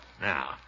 Now